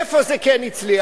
איפה זה כן הצליח?